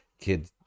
kid